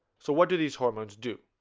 so what do these hormones do?